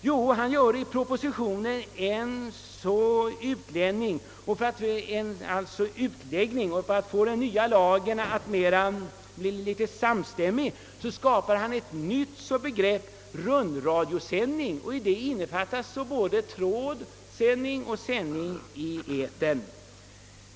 Jo, för att få den nya lagen att bli mera samstämd skapar han ett nytt begrepp, rundradiosändning, i vilket innefattas både trådsändning och sändning i etern.